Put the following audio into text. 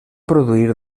produir